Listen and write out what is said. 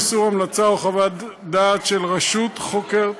איסור המלצה או חוות דעת של רשות חוקרת).